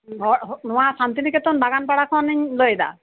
ᱱᱚᱣᱟ ᱥᱟᱱᱛᱤᱱᱤᱠᱮᱛᱚᱱ ᱵᱟᱜᱟᱱᱯᱟᱲᱟ ᱠᱷᱚᱱᱤᱧ ᱞᱟᱹᱭᱫᱟ